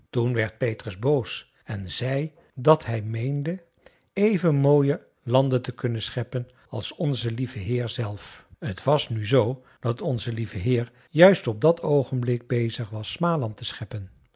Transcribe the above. toen werd petrus boos en zei dat hij meende even mooie landen te kunnen scheppen als onze lieve heer zelf t was nu zoo dat onze lieve heer juist op dat oogenblik bezig was smaland te scheppen